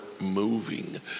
moving